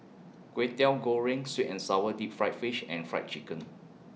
Kwetiau Goreng Sweet and Sour Deep Fried Fish and Fried Chicken